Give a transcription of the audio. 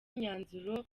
imyanzuro